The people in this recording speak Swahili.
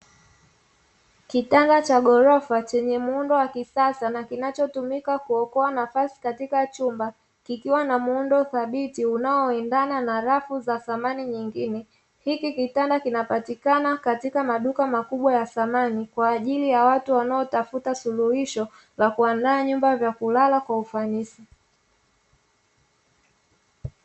Kitanda cha ghorofa chenye muundo wa kisasa na kinachotumika kuokoa nafasi katika chumba, kikiwa na muundo thabiti unaoendana na rafu za samani nyingine. Hiki kitanda kinapatikana katika maduka makubwa ya samani kwa ajili ya watu wanaotafuta suluhisho la kuandaa nyumba za kulala kwa ufanisi.